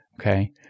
Okay